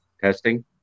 testing